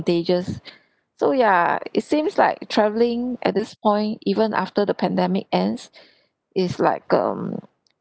contagious so yeah it seems like travelling at this point even after the pandemic ends is like um